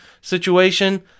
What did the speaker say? situation